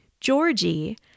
Georgie